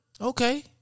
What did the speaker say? Okay